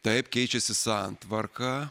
taip keičiasi santvarka